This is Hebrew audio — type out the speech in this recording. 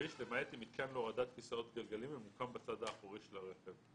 הכביש למעט אם מיתקן להורדת כיסאות גלגלים ממוקם בצדו האחורי של הרכב.